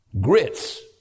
Grits